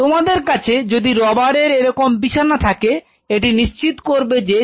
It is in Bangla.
তোমাদের কাছে যদি রবারের এরকম বিছানা থাকে এটি নিশ্চিত করবে যে যন্ত্রগুলি ওখানেই আছে